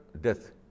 death